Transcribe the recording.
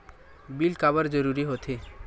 Bill काबर जरूरी होथे?